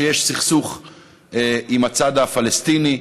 שיש סכסוך עם הצד הפלסטיני,